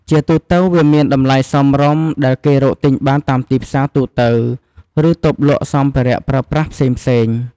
ជាទូទៅវាមានតម្លៃសមរម្យ ដែលគេរកទិញបានតាមទីផ្សារទូទៅ ឬតូបលក់សម្ភារៈប្រើប្រាស់ផ្សេងៗ។